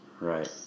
Right